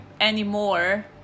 anymore